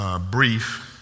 brief